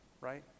right